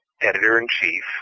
editor-in-chief